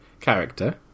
character